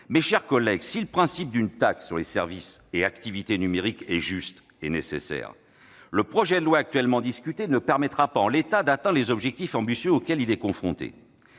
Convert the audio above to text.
Mes chers collègues, si le principe d'une taxe sur les services et activités numériques est juste et nécessaire, ce projet de loi ne permettra pas, en l'état, d'atteindre les objectifs ambitieux auxquels il doit tendre.